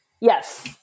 Yes